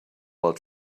while